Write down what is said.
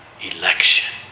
election